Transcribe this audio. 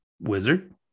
wizard